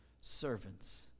servants